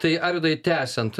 ką tai arvydai tęsiant